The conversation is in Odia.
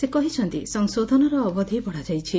ସେ କହିଛନ୍ତି ସଂଶୋଧନର ଅବଧି ବଡ଼ାଯାଇଛି